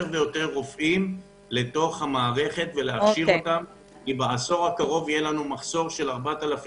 לזירוז הכשרת רופאים כי בעשור הקרוב יהיה מחסור של 4,000